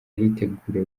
aritegura